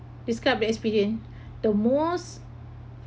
describe a experience the most